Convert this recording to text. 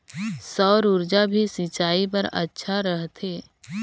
सौर ऊर्जा भी सिंचाई बर अच्छा रहथे?